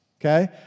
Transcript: Okay